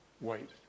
wait